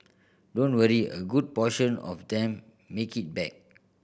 don't worry a good portion of them make it back